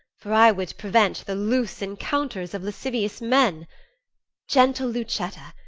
for i would prevent the loose encounters of lascivious men gentle lucetta,